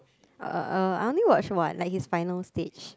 uh uh I only watch one like his final stage